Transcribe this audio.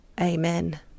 Amen